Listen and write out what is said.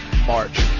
March